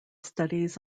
studies